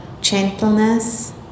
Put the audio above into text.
gentleness